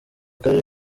karere